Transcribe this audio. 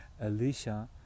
alicia